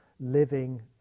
living